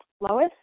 Lois